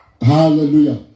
Hallelujah